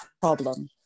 problem